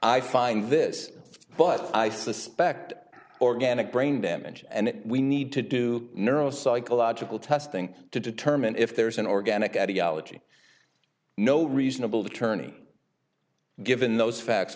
i find this but i suspect organic brain damage and we need to do neuropsychological testing to determine if there's an organic ideology no reasonable tourney given those facts